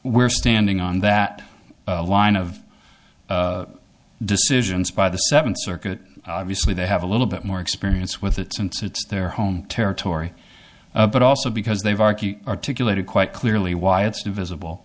we're standing on that line of decisions by the seventh circuit obviously they have a little bit more experience with it since it's their home territory but also because they've argued articulated quite clearly why it's divisible